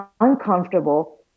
uncomfortable